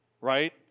right